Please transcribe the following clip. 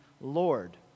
Lord